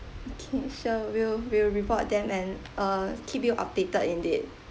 okay so we'll we'll reward them and uh keep you updated indeed